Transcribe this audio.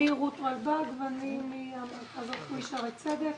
שמי רות רלבג, ואני מהמרכז הרפואי שערי צדק.